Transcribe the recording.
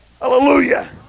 Hallelujah